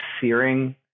searing